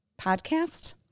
podcast